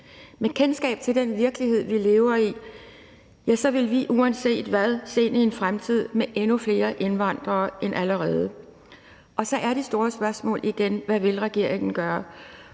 Med kendskab til den virkelighed, vi lever i, vil vi uanset hvad se ind i en fremtid med endnu flere indvandrere end allerede, og så er det store spørgsmål igen, hvad regeringen vil